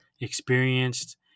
experienced